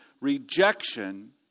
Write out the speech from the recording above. rejection